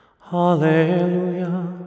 Hallelujah